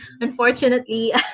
unfortunately